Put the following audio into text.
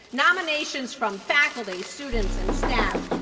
nominations from faculty, students, and staff,